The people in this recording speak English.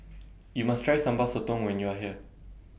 YOU must Try Sambal Sotong when YOU Are here